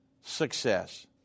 success